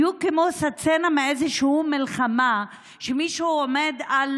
בדיוק כמו סצנה מאיזושהי מלחמה שמישהו עומד על